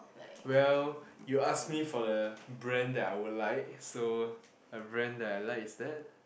well you ask me for the brand that I would like so a brand I like is that